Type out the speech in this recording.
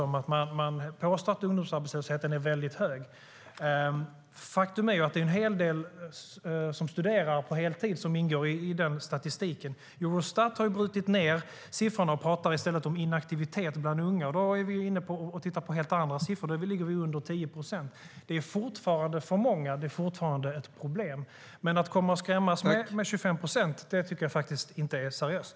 Man påstår ju att ungdomsarbetslösheten är väldigt hög. Faktum är att det är en hel del som studerar på heltid som ingår i den statistiken. Eurostat har brutit ned siffrorna och pratar i stället om inaktivitet bland unga, och då tittar vi på helt andra siffror. Då ligger vi under 10 procent. Det är fortfarande för många. Det är fortfarande ett problem. Men att komma och skrämmas med 25 procent tycker jag inte är seriöst.